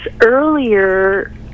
earlier